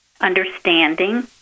understanding